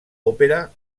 òpera